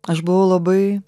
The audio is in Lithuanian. aš buvau labai